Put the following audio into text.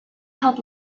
help